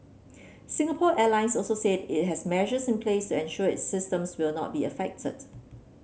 Singapore Airlines also said it has measures in place to ensure its systems will not be affected